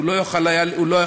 הוא לא יכול היה להתפתח.